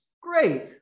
Great